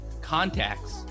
CONTACTS